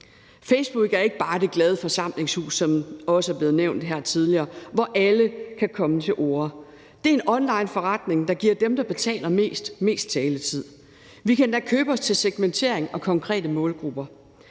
det også er blevet nævnt her tidligere, hvor alle kan komme til orde, men det er en onlineforretning, der giver dem, der betaler mest, mest taletid. Vi kan endda købe os til segmentering og konkrete målgrupper,